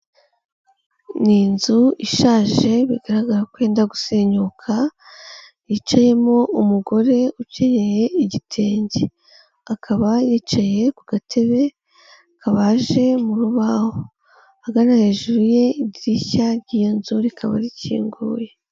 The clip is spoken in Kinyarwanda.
Ni inzu ishaje bigaragara ko yenda gusenyuka, yicayemo umugore ukenyeye igitenge, akaba yicaye ku gatebe kabaje mu rubaho, ahagana hejuru y'idirishya ry'iyo nzu rikaba rikinguye.